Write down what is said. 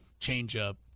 changeup